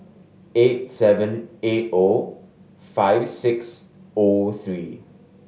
eight seven eight O five six O three